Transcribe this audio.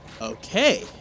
Okay